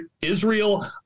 Israel